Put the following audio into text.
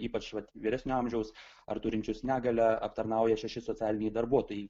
ypač vat vyresnio amžiaus ar turinčius negalią aptarnauja šeši socialiniai darbuotojai